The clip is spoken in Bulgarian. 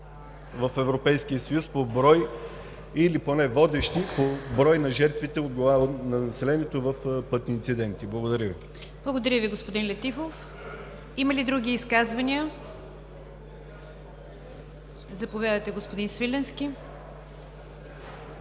в Европейския съюз по брой или поне водещи по брой на жертвите на населението в пътни инциденти. Благодаря Ви. ПРЕДСЕДАТЕЛ НИГЯР ДЖАФЕР: Благодаря Ви, господин Летифов. Има ли други изказвания? Заповядайте, господин Свиленски.